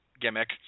gimmick